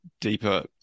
deeper